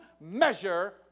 measure